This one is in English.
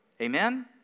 Amen